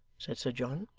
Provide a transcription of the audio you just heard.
said sir john.